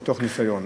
מתוך ניסיון.